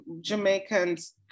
Jamaicans